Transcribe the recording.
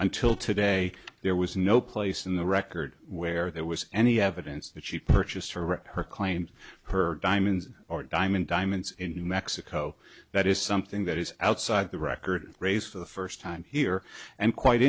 until today there was no place in the record where there was any evidence that she purchased her or her claim her diamonds or diamond diamonds in mexico that is something that is outside the record race for the first time here and quite